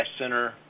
center